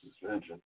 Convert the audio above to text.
suspension